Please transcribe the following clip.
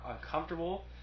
uncomfortable